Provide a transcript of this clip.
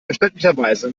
verständlicherweise